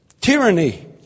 Tyranny